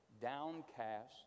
downcast